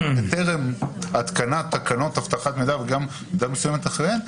בטרם התקנת תקנות אבטחת מידע ובמידה מסוימת גם אחריהן,